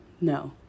no